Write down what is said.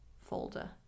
folder